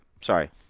Sorry